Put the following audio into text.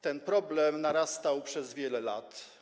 Ten problem narastał przez wiele lat.